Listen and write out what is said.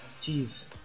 Jeez